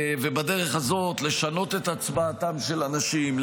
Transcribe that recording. ובדרך הזאת לשנות את הצבעתם של אנשים,